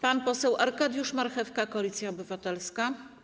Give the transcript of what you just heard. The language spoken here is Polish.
Pan poseł Arkadiusz Marchewka, Koalicja Obywatelska.